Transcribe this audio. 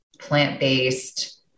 plant-based